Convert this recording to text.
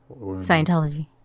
Scientology